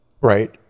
right